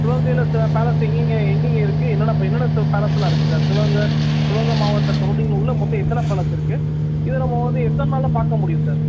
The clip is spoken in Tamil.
சிவகங்கையில் பேலஸ் எங்கேங்க எங்கேங்க இருக்குது என்னென்ன என்னென்ன பேலஸ்லாருக்குது சார் சிவகங்கை சிவகங்கை மாவட்டம் சரௌண்டிங்கில் உள்ள மொத்தம் எத்தனை பேலஸ் இருக்குது இது நம்ம வந்து எத்தனை நாளில் பார்க்க முடியும் சார்